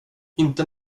inte